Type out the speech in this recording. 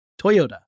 Toyota